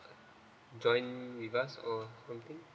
join with us or renting